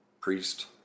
priest